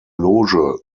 loge